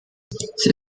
sie